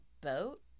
boat